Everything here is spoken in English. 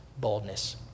boldness